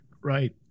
Right